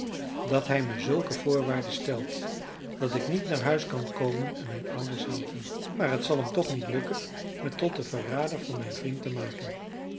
dat hij me zulke voorwaarden stelt dat ik niet naar huis kan komen en mijn ouders helpen maar t zal hem toch niet lukken me tot den verrader van mijn vriend te maken